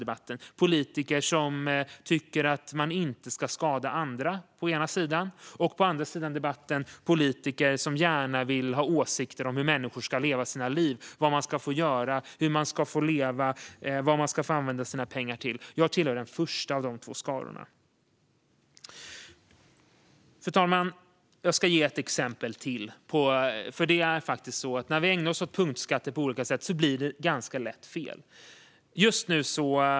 Det finns å ena sidan politiker som tycker att man inte ska skada andra och å andra sidan politiker som gärna vill ha åsikter om hur människor ska leva sina liv, vad de ska få göra och vad de ska få använda sina pengar till. Jag tillhör den första av de två skarorna. Fru talman! Jag ska ge ett exempel till. När vi ägnar oss åt punktskatter på olika sätt blir det nämligen ganska lätt fel.